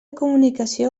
comunicació